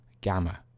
Gamma